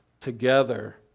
together